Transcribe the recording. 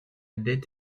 dette